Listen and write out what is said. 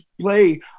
play